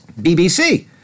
BBC